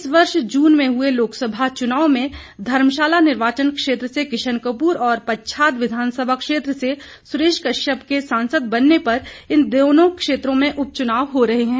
इस वर्ष जून में हुए लोकसभा चुनाव में धर्मशाला निर्वाचन क्षेत्र से किशन कपूर और पच्छाद विधानसभा क्षेत्र से सुरेश कश्यप के सांसद बनने पर इन दोनों क्षेत्रों में उपचुनाव हो रहे हैं